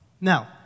Now